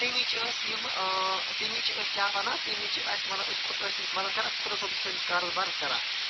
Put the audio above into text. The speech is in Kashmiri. تمہ وِز چھِ أسۍ یِم تمہ وِز چھِ أسۍ کیاہ ونان تمہ وِز چھِ أسۍ اسہ أسۍ تٔمِس مَدَد کران خۄدا صٲبۍ چھُ سٲنِس کارَس مَدَد کران